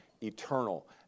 eternal